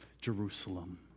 Jerusalem